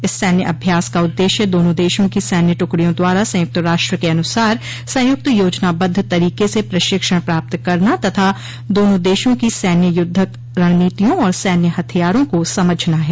इस सैन्य अभ्यास का उद्देश्य दोनों देशों की सैन्य टुकड़ियों द्वारा संयुक्त राष्ट्र के अनुसार संयुक्त योजनाबद्व तरीके से प्रशिक्षण प्राप्त करना तथा दोनों देशों की सैन्य युद्धक रणनीतियों और सैन्य हथियारों को समझना है